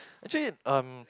actually um